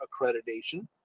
accreditation